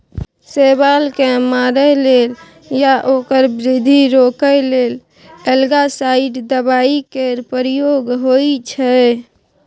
शैबाल केँ मारय लेल या ओकर बृद्धि रोकय लेल एल्गासाइड दबाइ केर प्रयोग होइ छै